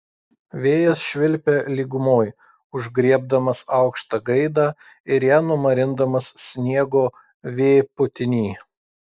vėjas švilpia lygumoj užgriebdamas aukštą gaidą ir ją numarindamas sniego vėpūtiny